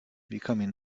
becoming